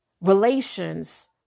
Relations